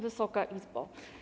Wysoka Izbo!